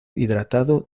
hidratado